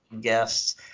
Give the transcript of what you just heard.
guests